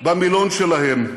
במילון שלהם: